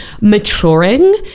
maturing